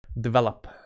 develop